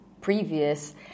previous